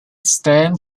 stand